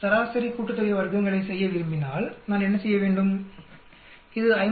வர்க்கங்களின் சராசரி கூட்டுத்தொகையை செய்ய விரும்பினால் நான் என்ன செய்ய வேண்டும் இது 57